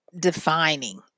defining